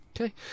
Okay